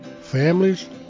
families